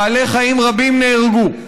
בעלי חיים רבים נהרגו,